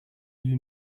you